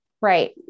Right